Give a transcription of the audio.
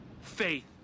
faith